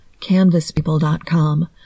CanvasPeople.com